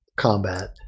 combat